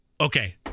okay